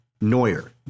Neuer